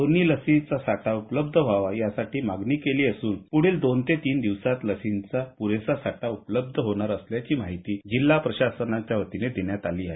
दोन्ही लसीचा साठा उपलब्ध व्हावा यासाठी मागणी केली असून पुढील दोन ते तीन दिवसांत लसींचा पुरेसा साठा उपलब्ध होणार असल्याची माहिती जिल्हा प्रशासनच्या वतीनं देण्यात आली आहे